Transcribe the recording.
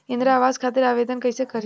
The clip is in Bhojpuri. इंद्रा आवास खातिर आवेदन कइसे करि?